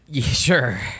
Sure